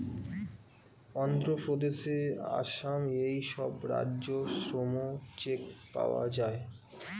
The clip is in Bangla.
অন্ধ্রপ্রদেশ, আসাম এই সব রাজ্যে শ্রম চেক পাওয়া যায়